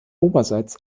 oberseits